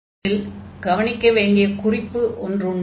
இதில் கவனிக்க வேண்டிய குறிப்பு ஒன்று உண்டு